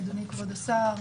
אדוני כבוד השר,